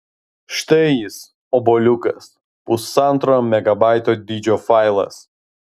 štai jis obuoliukas pusantro megabaito dydžio failas